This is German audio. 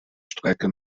strecke